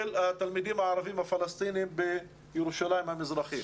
התלמידים הערבים הפלסטינים בירושלים המזרחית.